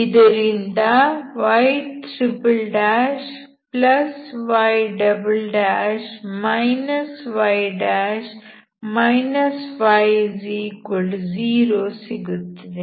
ಇದರಿಂದ yy y y0 ಸಿಗುತ್ತದೆ